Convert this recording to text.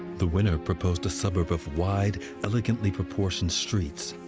the winner proposed a suburb of wide, elegantly-proportioned streets.